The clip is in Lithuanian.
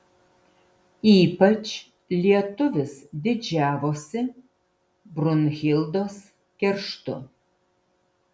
ypač lietuvis didžiavosi brunhildos kerštu